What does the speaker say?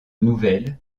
nouvelles